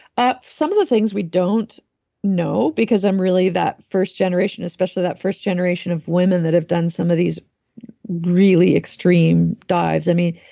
some of the things we don't know, because i'm really that first generation, especially that first generation of women that have done some of these really extreme dives. i mean,